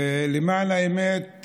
ולמען האמת,